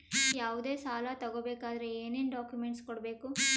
ಯಾವುದೇ ಸಾಲ ತಗೊ ಬೇಕಾದ್ರೆ ಏನೇನ್ ಡಾಕ್ಯೂಮೆಂಟ್ಸ್ ಕೊಡಬೇಕು?